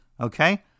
okay